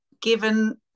given